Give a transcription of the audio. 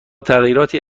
تغییراتی